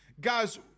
Guys